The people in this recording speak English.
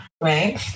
right